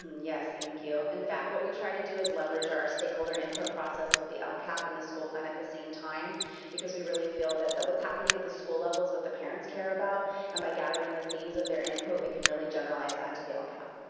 yes, thank you. in and fact, what we try to do is leverage our stakeholder input process with the lcap and the school plan at the same time because we really feel that what's happening at the school level is what the parents care about and by gathering the themes of their input, we can really generalize that to the lcap.